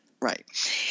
Right